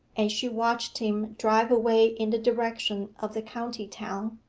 and she watched him drive away in the direction of the county-town.